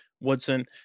Woodson